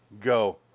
Go